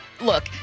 look